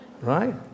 Right